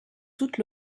toute